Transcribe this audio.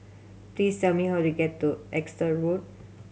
please tell me how to get to Exeter Road